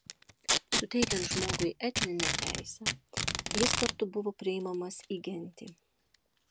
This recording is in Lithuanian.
suteikiant žmogui etninę teisę jis kartu buvo priimamas į gentį